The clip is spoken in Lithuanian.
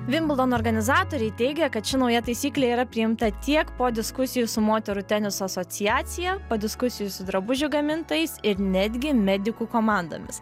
vimbldono organizatoriai teigia kad ši nauja taisyklė yra priimta tiek po diskusijų su moterų teniso asociacija po diskusijų su drabužių gamintojais ir netgi medikų komandomis